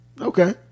okay